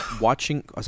watching